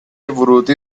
ورودی